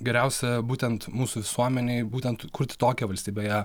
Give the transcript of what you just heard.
geriausia būtent mūsų visuomenei būtent kurti tokią valstybę ją